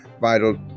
vital